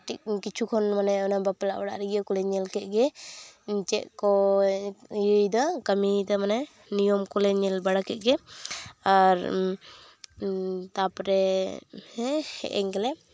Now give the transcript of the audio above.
ᱠᱟᱹᱴᱤᱡ ᱠᱤᱪᱷᱩ ᱠᱷᱚᱱ ᱢᱟᱱᱮ ᱚᱱᱟ ᱵᱟᱯᱞᱟ ᱚᱲᱟᱜ ᱨᱮ ᱤᱭᱟᱹ ᱠᱚᱞᱮ ᱧᱮᱞ ᱠᱮᱫ ᱜᱮ ᱪᱮᱫ ᱠᱚ ᱤᱭᱟᱹᱭᱮᱫᱟ ᱠᱟᱹᱢᱤᱭᱮᱫᱟ ᱢᱟᱱᱮ ᱱᱤᱭᱚᱢ ᱠᱚᱞᱮ ᱧᱮᱞ ᱵᱟᱲᱟ ᱠᱮᱫ ᱜᱮ ᱟᱨ ᱛᱟᱨᱯᱚᱨᱮ ᱦᱮᱸ ᱦᱮᱡ ᱮᱱ ᱜᱮᱞᱮ